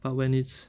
but when it's